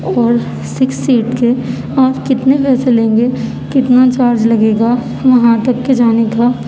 اور six seat کے آپ کتنے پیسے لیں گے کتنا چارج لگے گا وہاں تک کے جانے کا